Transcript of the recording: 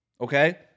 okay